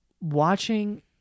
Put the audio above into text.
watching